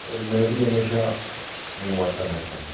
और मैं भी हमेशा मंगवाता रहता हूँ